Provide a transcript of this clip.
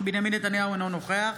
בנימין נתניהו, אינו נוכח